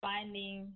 Finding